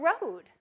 road